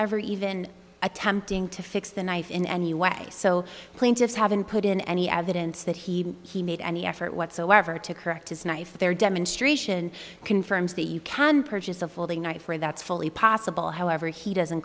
ever even attempting to fix the knife in any way so plaintiffs have been put in any evidence that he he made any effort whatsoever to correct his knife there demonstration confirms that you can purchase a folding knife or that's fully possible however he doesn't